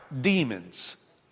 demons